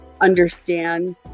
understand